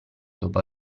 dopo